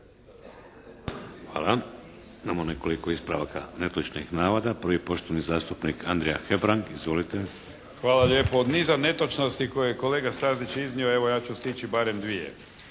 Hvala. Imamo nekoliko ispravaka netočnih navoda. Prvi poštovani zastupnik Andrija Hebrang. Izvolite. **Hebrang, Andrija (HDZ)** Hvala lijepa. Od niza netočnosti koje je kolega Stazić iznio evo ja ću stići barem dvije.